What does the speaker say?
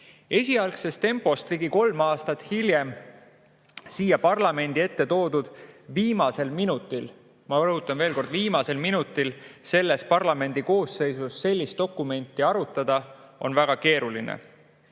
Esialgsest tempost ligi kolm aastat hiljem siia parlamendi ette toodud viimasel minutil – ma rõhutan veel kord: viimasel minutil – selles parlamendi koosseisus sellist dokumenti arutada on väga keeruline.